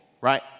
Right